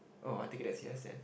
oh I think that's yes then